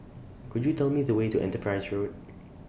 Could YOU Tell Me The Way to Enterprise Road